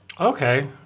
okay